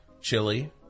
chili